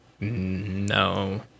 no